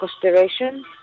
consideration